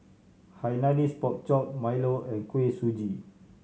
Hainanese Pork Chop milo and Kuih Suji